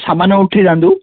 ସାମାନ୍ୟ ଉଠି ଯାଆନ୍ତୁ